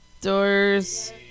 Doors